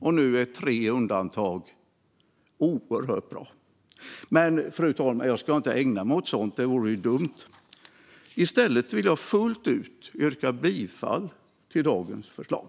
Och nu är det oerhört bra med tre undantag. Men jag ska inte ägna mig åt sådant, fru talman, för det vore ju dumt. I stället vill jag fullt ut yrka bifall till dagens förslag.